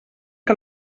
que